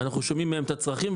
אנחנו שומעים מהם את הצרכים.